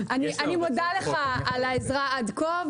אני מודה לך על העזרה עד כה,